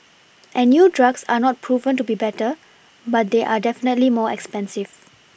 and new drugs are not proven to be better but they are definitely more expensive